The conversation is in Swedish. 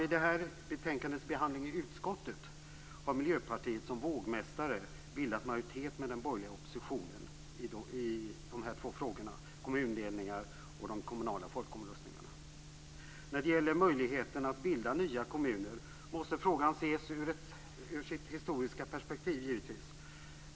Vid det här betänkandets behandling i utskottet har Miljöpartiet som vågmästare bildat majoritet med den borgerliga oppositionen i de här två frågorna, kommundelningar och de kommunala folkomröstningarna. När det gäller möjligheterna att bilda nya kommuner måste frågan givetvis ses ur sitt historiska perspektiv.